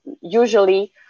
Usually